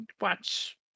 watch